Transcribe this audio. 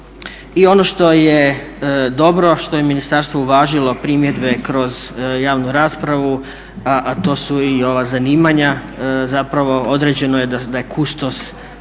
I ono što je dobro, što je ministarstvo uvažilo primjedbe kroz javnu raspravu a to su i ova zanimanja. Zapravo određeno je da je kustos